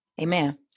Amen